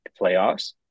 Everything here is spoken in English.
playoffs